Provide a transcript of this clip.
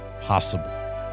possible